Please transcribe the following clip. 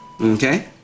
Okay